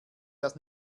das